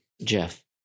Jeff